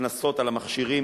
מקנסות על המכשירים,